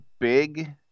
big